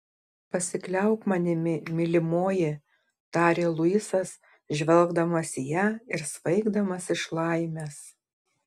pasikliauk manimi mylimoji tarė luisas žvelgdamas į ją ir svaigdamas iš laimės